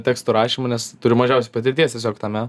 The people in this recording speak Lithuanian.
tekstų rašymą nes turiu mažiausiai patirties tiesiog tame